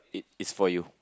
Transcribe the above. it it's for you